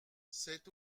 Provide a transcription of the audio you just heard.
c’est